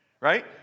right